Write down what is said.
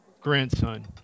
grandson